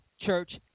church